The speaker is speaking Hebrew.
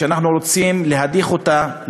שאנחנו רוצים להדיח אותה,